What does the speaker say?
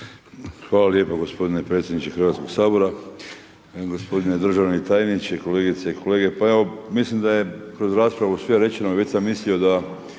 Hvala lijepo gospodine predsjedniče Hrvatskoga sabora, gospodine državni tajniče, kolegice i kolege. Pa evo mislim da je kroz raspravu sve rečeno i već sam mislio da